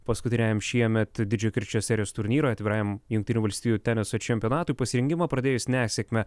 paskutiniajam šiemet didžiojo kirčio serijos turnyro atvirajam jungtinių valstijų teniso čempionatui pasirengimą pradėjus nesėkme